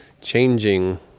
changing